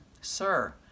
sir